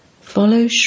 follow